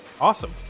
awesome